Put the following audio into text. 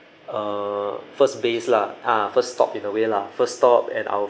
uh first base lah ah first stop in a way lah first stop at our